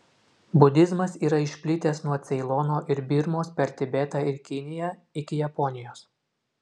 budizmas yra išplitęs nuo ceilono ir birmos per tibetą ir kiniją iki japonijos